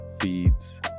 feeds